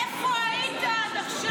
איפה היית עד עכשיו?